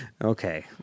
Okay